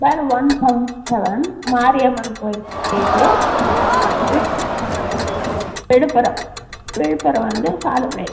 பார் one seven seven Mariamman Koil street Villupuram Villupuram Villupuram வந்து சாலைமேடு